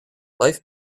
life